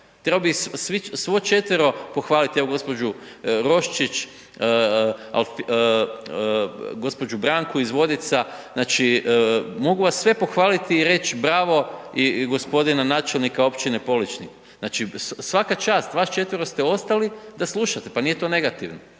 trebao bi svo četvero pohvaliti, evo gđu. Roščić, gđu. Branku iz Vodica, znači mogu vas sve pohvaliti i reći bravo i gospodina načelnika općine Poličnik. Znači svaka čast, vas 4 ste ostali da slušate, pa nije to negativno,